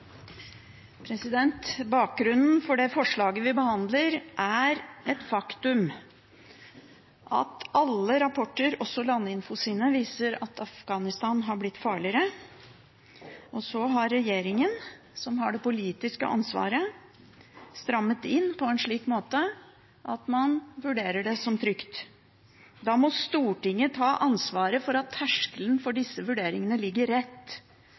Bakgrunnen for det forslaget vi behandler, er det faktum at alle rapporter, også Landinfos, viser at Afghanistan har blitt farligere. Så har regjeringen, som har det politiske ansvaret, strammet inn på en slik måte at man vurderer det som trygt. Da må Stortinget ta ansvaret for at terskelen for disse vurderingene er rett.